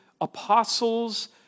apostles